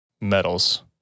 Medals